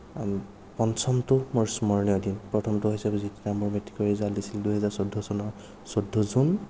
পঞ্চমটো মোৰ স্মৰণীয় দিন প্ৰথমটো হৈছে যিদিনা মোৰ মেট্ৰিকৰ ৰিজাল্ট দিছিল দুহেজাৰ চৈধ্য চনৰ চৈধ্য জুন